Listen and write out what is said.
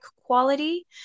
quality